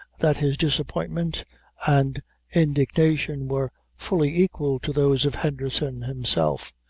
that his disappointment and indignation were fully equal to those of henderson himself.